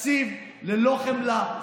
תקציב ללא חמלה,